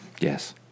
Yes